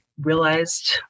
realized